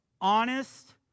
honest